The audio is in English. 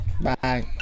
Bye